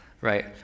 right